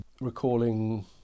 recalling